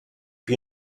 più